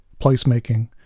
placemaking